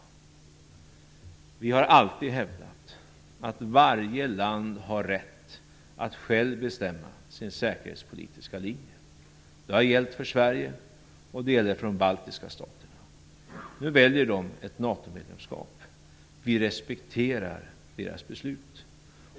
Sverige har alltid hävdat att varje land har rätt att självt bestämma sin säkerhetspolitiska linje. Det har gällt för Sverige, och det gäller för de baltiska staterna. Nu väljer de ett NATO-medlemskap. Sverige respekterar deras beslut.